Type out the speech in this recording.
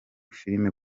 filime